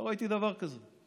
לא ראיתי דבר כזה.